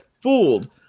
fooled